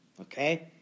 Okay